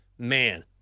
Man